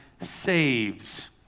saves